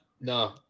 No